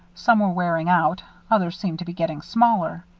some were wearing out, others seemed to be getting smaller.